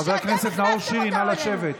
חבר הכנסת נאור שירי, נא לשבת.